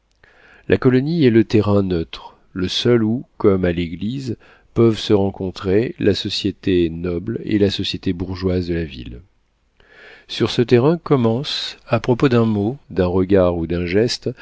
la colonie est le terrain neutre le seul où comme à l'église peuvent se rencontrer la société noble et la société bourgeoise de la ville sur ce terrain commencent à propos d'un mot d'un regard ou d'un geste